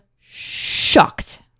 shocked